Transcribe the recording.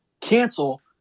cancel